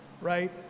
right